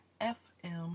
F-M